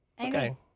Okay